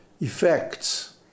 effects